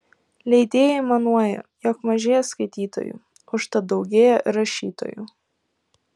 leidėjai aimanuoja jog mažėja skaitytojų užtat daugėja rašytojų